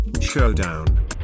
showdown